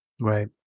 Right